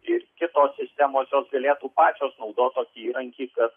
ir kitos sistemos jos galėtų pačios naudot tokį įrankį kad